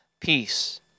Peace